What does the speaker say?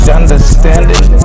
understanding